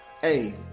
Hey